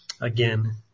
again